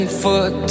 foot